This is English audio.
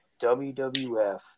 WWF